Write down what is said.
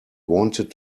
wanted